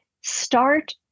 start